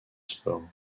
sport